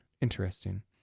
interesting